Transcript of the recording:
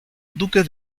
duque